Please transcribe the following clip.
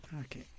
okay